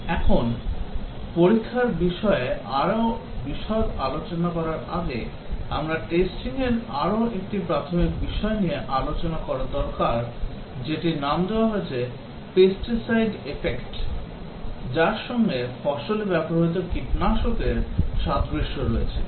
এখন পরীক্ষার বিষয়ে আরও বিশদ আলোচনা করার আগে আমাদের টেস্টিং এর আরো একটি প্রাথমিক বিষয় নিয়ে আলোচনা করা দরকার যেটির নাম দেওয়া হয়েছে Pesticide Effect যার সঙ্গে ফসলে ব্যবহৃত কীটনাশকের সাদৃশ্য রয়েছে